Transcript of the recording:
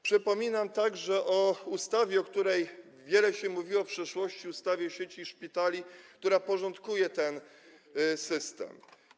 Przypominam także o ustawie, o której wiele się mówiło w przeszłości, ustawie o sieci szpitali, która porządkuje ten system.